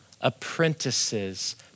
apprentices